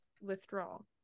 withdrawal